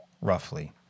roughly